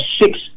six